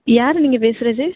யார் நீங்கள் பேசுகிறது